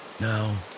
now